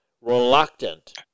reluctant